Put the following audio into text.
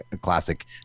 classic